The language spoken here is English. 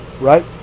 right